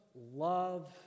love